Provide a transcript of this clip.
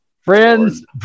Friends